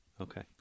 Okay